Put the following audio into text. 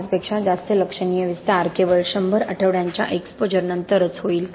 5 पेक्षा जास्त लक्षणीय विस्तार केवळ 100 आठवड्यांच्या एक्सपोजरनंतरच होईल